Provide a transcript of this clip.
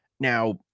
Now